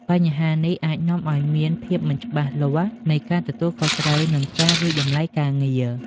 បញ្ហានេះអាចនាំឱ្យមានភាពមិនច្បាស់លាស់នៃការទទួលខុសត្រូវ និងការវាយតម្លៃការងារ។